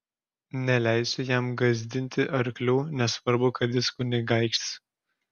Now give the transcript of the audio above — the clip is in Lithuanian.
neleisiu jam gąsdinti arklių nesvarbu kad jis kunigaikštis